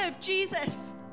Jesus